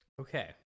Okay